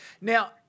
Now